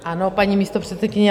Ano, paní místopředsedkyně.